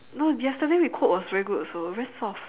no yesterday we cook was very good also very soft